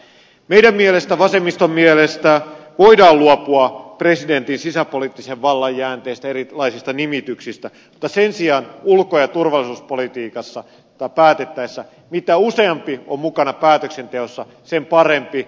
meidän mielestämme vasemmiston mielestä voidaan luopua presidentin sisäpoliittisen vallan jäänteistä erilaisista nimityksistä mutta sen sijaan ulko ja turvallisuuspolitiikasta päätettäessä mitä useampi on mukana päätöksenteossa sen parempi